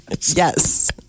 Yes